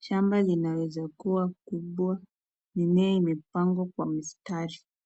Shamba linaweza kuwa kubwaa. Mimea imepangwa kwa mistari.